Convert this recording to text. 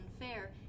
unfair